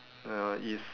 uh it's